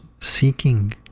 seeking